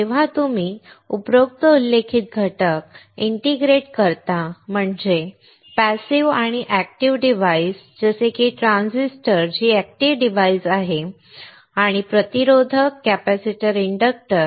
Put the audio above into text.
जेव्हा तुम्ही उपरोक्त उल्लेखित घटक इंटिग्रेट करता म्हणजे पॅसिव्ह आणि एक्टिव डिवाइस जसे की ट्रान्झिस्टर जी एक्टिव डिवाइस आहेत आणि प्रतिरोधक कॅपेसिटर इंडक्टर इ